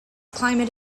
climate